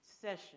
session